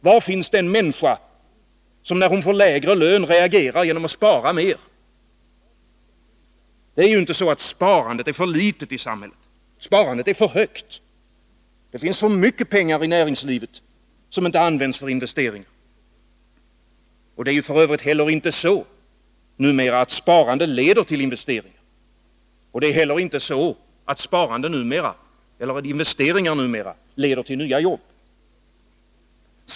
Var finns den människa som när hon får lägre lön reagerar genom att spara mer? Det är inte så, att sparandet är för litet. Sparandet är för högt. Det finns för mycket pengar i näringslivet, som inte används för investeringar. Det är f. ö. numera heller inte så, att sparande leder till investeringar. Det är inte heller så, att investeringar leder till nya jobb.